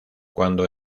cuando